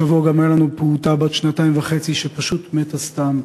השבוע גם הייתה לנו פעוטה בת שנתיים וחצי שפשוט מתה סתם,